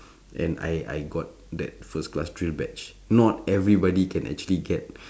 and I I got that first class drill badge not everybody can actually get